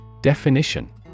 Definition